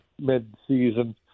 mid-season